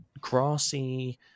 grassy